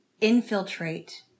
infiltrate